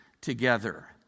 together